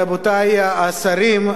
רבותי השרים,